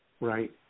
right